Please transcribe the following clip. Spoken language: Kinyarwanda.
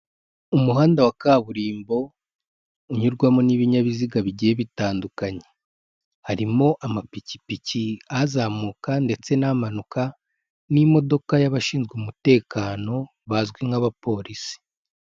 Umuhanda wa kaburimbo unyurwamo n'ibinyabiziga bigiye bitandukanye. Harimo amapikipiki ahazamuka ndetse n'amanuka n'imodoka y'abashinzwe umutekano bazwi nk'abapolisi.